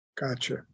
Gotcha